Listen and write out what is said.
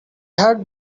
heard